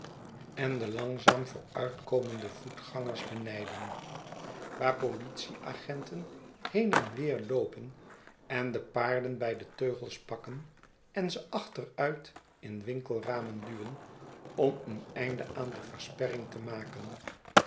en de langzaam vooruitkomende voetgangers benijden waar politieagenten heen en weer loopen en de paarden bij de teugels pakken en ze achteruit in winkelramen duwen om een einde aan de versperring te maken